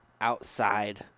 outside